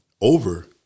over